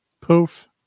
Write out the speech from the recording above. Poof